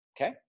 okay